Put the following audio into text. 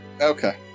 Okay